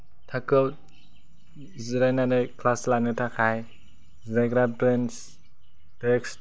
थाखोआव जिरायनानै क्लास लानो थाखाय जिरायग्रा ब्रेन्स देस्क